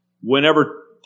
Whenever